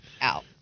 out